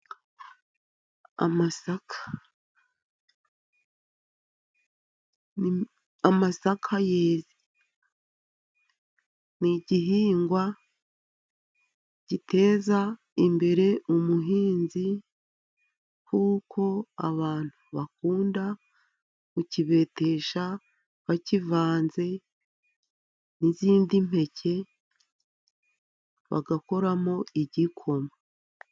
Amasaka, amasaka yeze ni igihingwa giteza imbere umuhinzi kuko abantu bakunda kukibetesha bakivanze n'izindi mpeke bagakoramo igikoma.